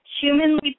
humanly